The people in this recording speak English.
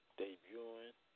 debuting